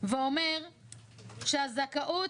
ואומר שהזכאות,